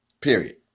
period